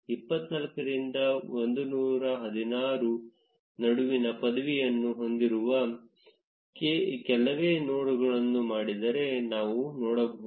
24 ರಿಂದ 116 ರ ನಡುವಿನ ಪದವಿಯನ್ನು ಹೊಂದಿರುವ ಕೆಲವೇ ನೋಡ್ಗಳನ್ನು ಮಾಡಿದರೆ ನಾವು ನೋಡಬಹುದು